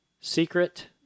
Secret